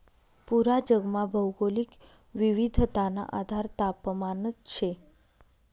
पूरा जगमा भौगोलिक विविधताना आधार तापमानच शे